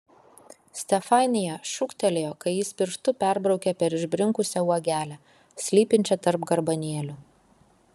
stefanija šūktelėjo kai jis pirštu perbraukė per išbrinkusią uogelę slypinčią tarp garbanėlių